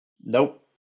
Nope